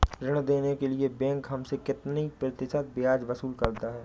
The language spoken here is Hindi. ऋण देने के लिए बैंक हमसे कितना प्रतिशत ब्याज वसूल करता है?